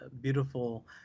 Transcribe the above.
beautiful